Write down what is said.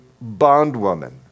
bondwoman